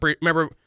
remember